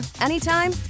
anytime